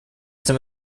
some